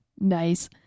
Nice